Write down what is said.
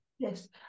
Yes